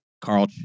Carl